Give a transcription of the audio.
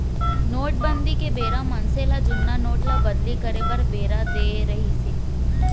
नोटबंदी के बेरा मनसे ल जुन्ना नोट ल बदली करे बर बेरा देय रिहिस हे